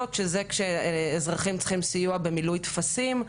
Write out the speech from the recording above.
שזה שאזרחים צריכים סיוע במילוי טפסים,